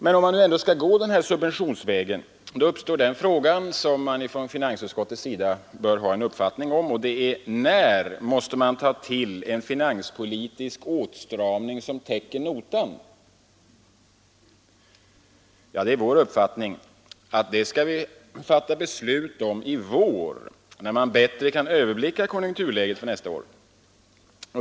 Men om man nu ändå skall gå subventionsvägen uppstår den fråga som man från finansutskottets sida bör ha en uppfattning om, nämligen: När måste man ta till en finanspolitisk åtstramning som täcker notan? Det är vår uppfattning att vi skall fatta beslut om det i vår när man bättre kan överblicka konjunkturläget för nästa år.